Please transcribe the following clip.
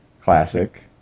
Classic